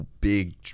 big